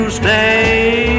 stay